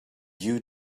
you